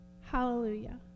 Hallelujah